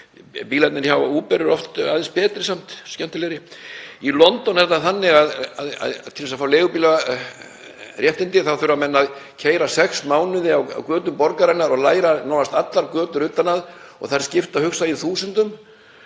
bílarnir hjá Uber eru oft aðeins betri, aðeins skemmtilegri. Í London er það þannig að til þess að fá leigubílaréttindi þurfa menn að keyra í sex mánuði á götum borgarinnar og læra nánast allar götur utan að og þær skipta þúsundum,